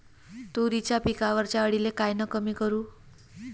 तुरीच्या पिकावरच्या अळीले कायनं कमी करू?